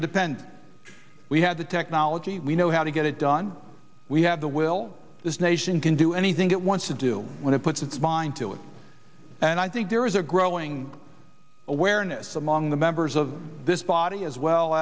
independent we had the technology we know how to get it done we have the will this nation can do anything it wants to do when it puts its mind to it and i think there is a growing awareness among the members of this body as well